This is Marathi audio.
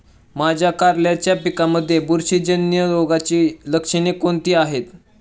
माझ्या कारल्याच्या पिकामध्ये बुरशीजन्य रोगाची लक्षणे कोणती आहेत?